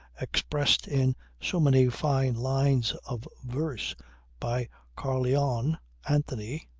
expressed in so many fine lines of verse by carleon anthony,